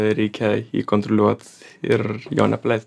reikia jį kontroliuot ir jo nepaleist